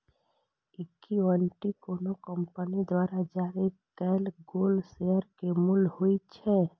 equity कोनो company द्वारा जारी कैल गेल शेयर के मूल्य होइ छै